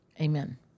Amen